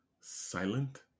silent